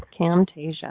Camtasia